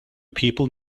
people